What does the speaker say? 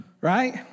right